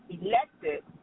elected